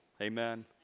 Amen